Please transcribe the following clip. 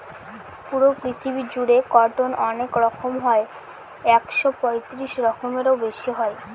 পুরো পৃথিবী জুড়ে কটন অনেক রকম হয় একশো পঁয়ত্রিশ রকমেরও বেশি হয়